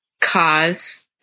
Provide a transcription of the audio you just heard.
cause